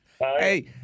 Hey